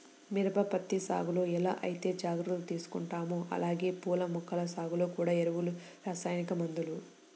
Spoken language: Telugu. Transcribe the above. మిరప, పత్తి సాగులో ఎలా ఐతే జాగర్తలు తీసుకుంటామో అలానే పూల మొక్కల సాగులో గూడా ఎరువులు, రసాయనిక మందులు